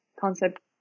concept